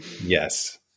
Yes